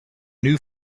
new